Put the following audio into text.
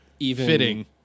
fitting